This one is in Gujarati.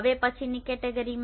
હવે પછીની કેટેગરીમાં